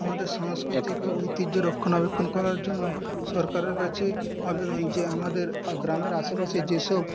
আমাদের সাংস্কৃতিক ঐতিহ্য রক্ষণাবেক্ষণ করার জন্য সরকারের কাছে আবেদন যে আমাদের গ্রামের আশে পাশে যে সব